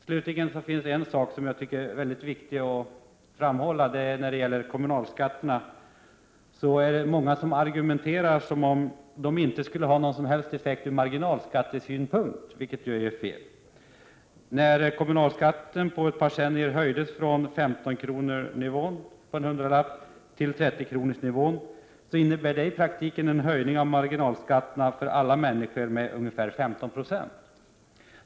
Slutligen vill jag nämna en sak som jag tycker är viktig, nämligen kommunalskatterna. Många argumenterar som om kommunalskatterna inte skulle ha någon som helst effekt ur marginalskattesynpunkt, vilket ju är fel. När kommunalskatten på ett par decennier höjdes från omkring 15 kr. till omkring 30 kr. på varje hundralapp, innebar det i praktiken en höjning av marginalskatterna för alla människor med ungefär 15 96.